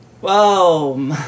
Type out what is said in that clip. Whoa